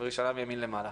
אינה.